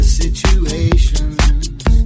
situations